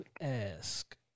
ask